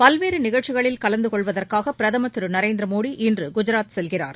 பல்வேறு நிகழ்ச்சிகளில் கலந்து கொள்வதற்காக பிரதமர் திரு நரேந்திர மோடி இன்று குஜாத் செல்கிறார்